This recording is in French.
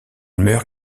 meurt